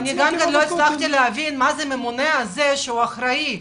אני גם לא הצלחתי להבין מה זה הממונה האחראי הזה.